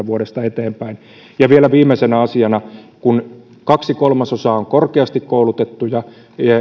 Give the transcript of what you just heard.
vuodesta kaksituhattakolmekymmentä eteenpäin vielä viimeisenä asiana kun yksi kolmasosa on korkeasti koulutettuja